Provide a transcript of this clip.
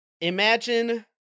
imagine